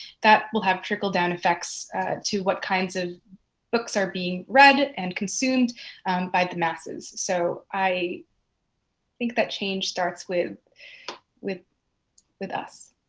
that will have trickle-down effects to what kinds of books are being read and consumed by the masses. so i think that change starts with with us?